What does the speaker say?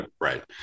Right